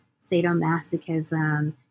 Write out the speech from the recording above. sadomasochism